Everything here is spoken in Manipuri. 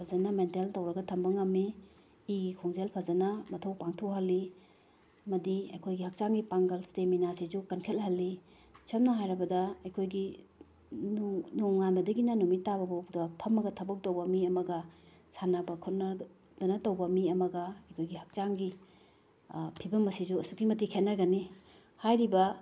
ꯐꯖꯅ ꯃꯦꯟꯇꯦꯜ ꯇꯧꯔꯒ ꯊꯝꯕ ꯉꯝꯃꯤ ꯏꯒꯤ ꯈꯣꯡꯖꯦꯜ ꯐꯖꯅ ꯃꯊꯧ ꯄꯥꯡꯊꯣꯛꯍꯜꯂꯤ ꯑꯃꯗꯤ ꯑꯩꯈꯣꯏꯒꯤ ꯍꯛꯆꯥꯡꯒꯤ ꯄꯥꯡꯒꯜ ꯁ꯭ꯇꯦꯃꯤꯅꯥꯁꯤꯁꯨ ꯀꯟꯈꯠꯍꯜꯂꯤ ꯁꯝꯅ ꯍꯥꯏꯔꯕꯗ ꯑꯩꯈꯣꯏꯒꯤ ꯅꯣꯡꯉꯥꯟꯕꯗꯒꯤꯅ ꯅꯨꯃꯤꯠ ꯇꯥꯕꯕꯐꯥꯎꯗ ꯐꯝꯃꯒ ꯊꯕꯛ ꯇꯧꯕ ꯃꯤ ꯑꯃꯒ ꯁꯥꯟꯅꯕ ꯈꯣꯠꯅꯗꯅ ꯇꯧꯕ ꯃꯤ ꯑꯃꯒ ꯑꯩꯈꯣꯏꯒꯤ ꯍꯛꯆꯥꯡꯒꯤ ꯐꯤꯕꯝ ꯑꯁꯤꯁꯨ ꯑꯁꯨꯛꯀꯤ ꯃꯇꯤꯛ ꯈꯦꯅꯒꯅꯤ ꯍꯥꯏꯔꯤꯕ